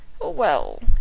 Well